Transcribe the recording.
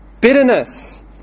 Bitterness